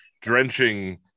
Drenching